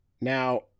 Now